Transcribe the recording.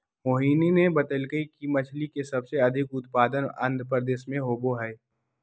मोहिनी ने बतल कई कि मछ्ली के सबसे अधिक उत्पादन आंध्रप्रदेश में होबा हई